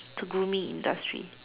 to grooming industry